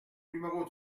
numéro